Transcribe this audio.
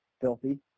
filthy